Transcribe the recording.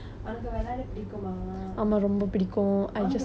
உனக்கு விளையாட தெரியுமா:unakku vilayaada theriyumaa like rules எல்லாம் தெரியுமா:ellaam theriyumaa